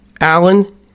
Allen-